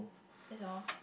that's all